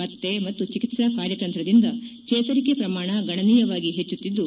ಪತ್ತೆ ಮತ್ತು ಚಿಕಿತ್ತಾ ಕಾರ್ಯತಂತ್ರದಿಂದ ಚೇತರಿಕೆ ಪ್ರಮಾಣ ಗಣನೀಯವಾಗಿ ಹೆಚ್ಚುತ್ತಿದ್ದು